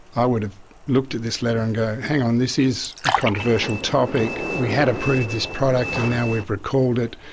i would have looked at this letter and, hang on, this is a controversial topic. we had approved this product and now we've recalled it.